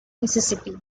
mississippi